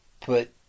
put